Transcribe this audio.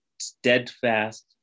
steadfast